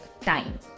time